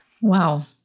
Wow